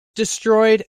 destroyed